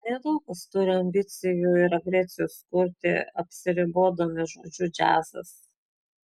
nedaug kas turi ambicijų ir agresijos kurti apsiribodami žodžiu džiazas